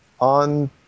on